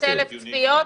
700,000 צפיות,